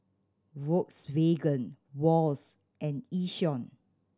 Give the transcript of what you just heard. Volkswagen Wall's and Yishion